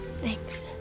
Thanks